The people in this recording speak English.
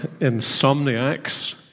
insomniacs